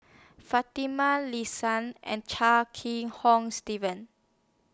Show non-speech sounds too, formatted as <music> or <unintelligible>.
Fatimah <unintelligible> and Chia Kiah Hong Steven